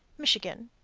michigan.